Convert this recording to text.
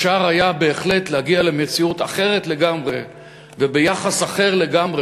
אפשר היה בהחלט להגיע למציאות אחרת לגמרי וביחס אחר לגמרי,